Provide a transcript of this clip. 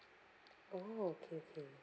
oh okay okay